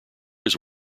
his